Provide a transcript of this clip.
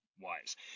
wise